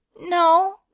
No